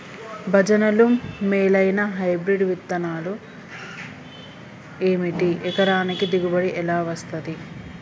భజనలు మేలైనా హైబ్రిడ్ విత్తనాలు ఏమిటి? ఎకరానికి దిగుబడి ఎలా వస్తది?